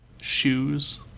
shoes